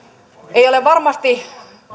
eivät ole varmasti